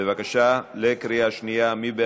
בבקשה, מי בעד?